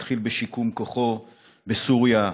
מתחיל בשיקום כוחו בסוריה,